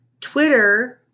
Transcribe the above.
twitter